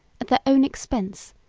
at their own expense,